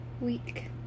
Week